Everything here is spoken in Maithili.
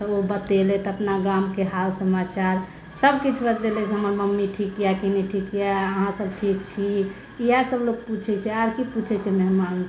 तऽ ओ बतेलथि अपना गाम के हालसमाचार सभकिछु बतेलथि हमर मम्मी ठीक यऽ कि नहि ठीक यऽ अहाँ सभ ठीक छी इएह सभ लोक पुछै छै आर कि पुछै छै मेहमान